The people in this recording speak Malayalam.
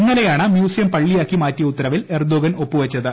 ഇന്നലെയാണ് മ്യൂസിയം പള്ളിയാക്കി മാറ്റിയ ഉത്തരവിൽ എർദോഗാൻ ഒപ്പ് വെച്ചത്